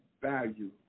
value